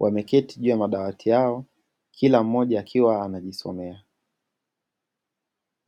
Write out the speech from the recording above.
Wameketi juu ya madawati yao kila mmoja akiwa anajisomea.